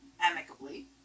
amicably